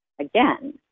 again